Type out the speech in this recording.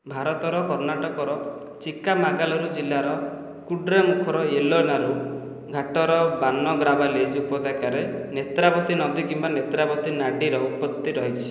ଭାରତର କର୍ଣ୍ଣାଟକର ଚିକ୍କାମାଗାଲୁରୁ ଜିଲ୍ଲାର କୁଡ୍ରେମୁଖର ୟେଲାନେରୁ ଘାଟର ବାନଗ୍ରାବାଲିଜ ଉପତ୍ୟକାରେ ନେତ୍ରାବତୀ ନଦୀ କିମ୍ବା ନେତ୍ରାବତୀ ନାଡ଼ିର ଉତ୍ପତ୍ତି ରହିଛି